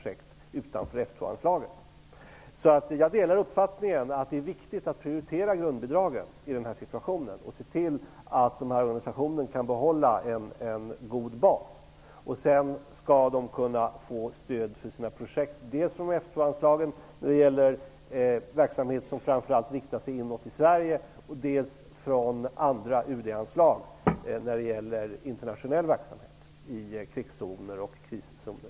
Jag delar uppfattningen att det är viktigt att prioritera grundbidragen i den här situationen och att se till att de här organisationerna kan behålla en god bas. Sedan skall de kunna få stöd för sina projekt dels från F 2-anslaget, när det gäller verksamhet som framför allt riktar sig inåt i Sverige, dels från andra UD-anslag, när det gäller internationell verksamhet i krigszoner och kriszoner.